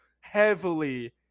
heavily